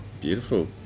beautiful